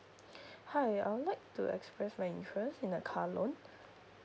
hi I would like to express my interest in a car loan